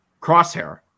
Crosshair